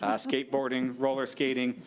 ah skateboarding, rollerskating,